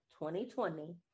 2020